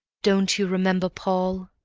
don't you remember paul?